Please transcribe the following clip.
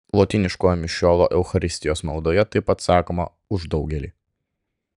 lotyniškojo mišiolo eucharistijos maldoje taip pat sakoma už daugelį